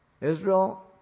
Israel